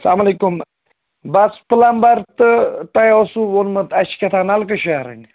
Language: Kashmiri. السلام علیکُم بہٕ حظ چھُس پٕلَمبَر تہٕ تۄہہِ اوسُو ووٚنمُت اَسہِ چھِ کیٛاہ تام نَلکہٕ شیرٕنۍ